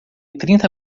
trinta